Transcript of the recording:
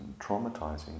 traumatizing